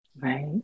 right